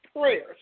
prayers